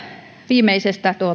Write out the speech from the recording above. viimeisestä